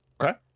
okay